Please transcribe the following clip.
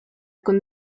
con